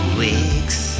weeks